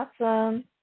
Awesome